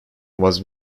was